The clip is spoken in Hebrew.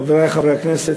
חברי חברי הכנסת,